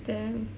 then